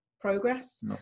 progress